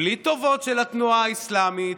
בלי טובות של התנועה האסלאמית,